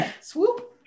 Swoop